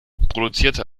produzierte